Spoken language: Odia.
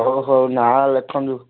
ହଉ ହଉ ନାଁ ଲେଖନ୍ତୁ